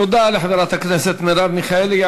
תודה לחברת הכנסת מרב מיכאלי.